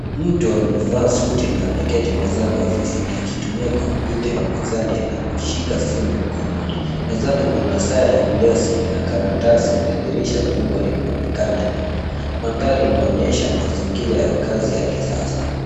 Mtu amevaa suti na ameketi mezani afisini akitumia kompyuta ya mezani na kushika simu mkononi. Mezani kuna saa ya glasi na karatasi na dirisha kubwa linaonekana nyuma. Mandhari inaonyesha mazingira ya kazi ya kisasa.